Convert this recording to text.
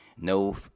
No